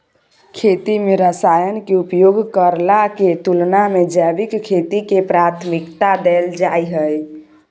खेती में रसायन के उपयोग करला के तुलना में जैविक खेती के प्राथमिकता दैल जाय हय